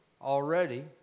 already